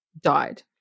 died